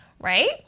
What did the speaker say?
right